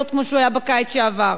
להיות כמו שהוא היה בקיץ שעבר.